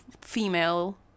female